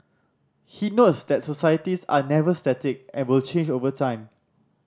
he notes that societies are never static and will change over time